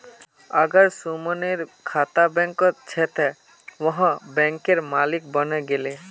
अगर सुमनेर खाता बैंकत छ त वोहों बैंकेर मालिक बने गेले